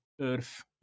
Earth